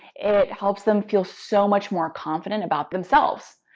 it helps them feel so much more confident about themselves.